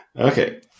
Okay